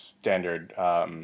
standard